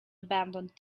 abandoned